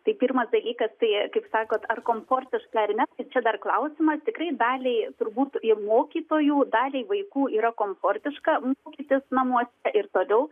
tai pirmas dalykas tai kaip sakot ar komfortiška ar ne tai čia dar klausimas tikrai daliai turbūt ir mokytojų daliai vaikų yra komfortiška mokytis namuose ir toliau